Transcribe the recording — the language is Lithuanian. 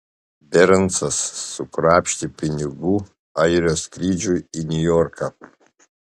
bernsas sukrapštė pinigų airio skrydžiui į niujorką